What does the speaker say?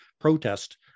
protest